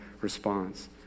response